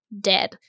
dead